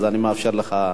אני מאפשר לך.